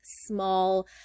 small